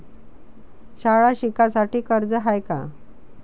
शाळा शिकासाठी कर्ज हाय का?